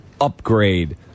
upgrade